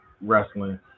wrestling